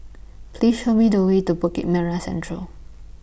Please Show Me The Way to Bukit Merah Central